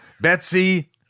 betsy